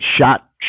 shot